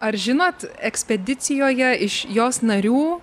ar žinot ekspedicijoje iš jos narių